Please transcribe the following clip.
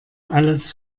alles